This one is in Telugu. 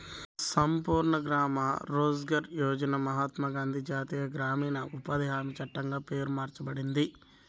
సంపూర్ణ గ్రామీణ రోజ్గార్ యోజనకి మహాత్మా గాంధీ జాతీయ గ్రామీణ ఉపాధి హామీ చట్టంగా పేరు మార్చబడింది